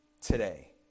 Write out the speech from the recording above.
today